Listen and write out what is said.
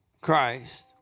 Christ